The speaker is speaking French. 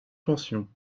pensions